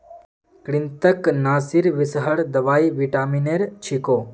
कृन्तकनाशीर विषहर दवाई विटामिनेर छिको